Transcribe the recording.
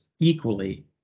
equally